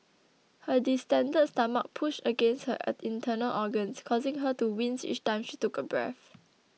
her distended stomach pushed against her internal organs causing her to wince each time she took a breath